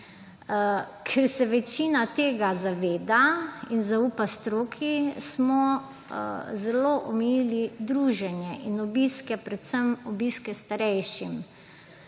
Ker se večina tega zaveda in zaupa stroki, smo zelo omejili druženje in obiske, predvsem obiske starejšim.